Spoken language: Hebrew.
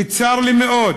וצר לי מאוד,